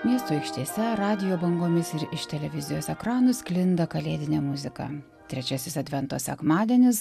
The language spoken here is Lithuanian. miesto aikštėse radijo bangomis ir iš televizijos ekranų sklinda kalėdinė muzika trečiasis advento sekmadienis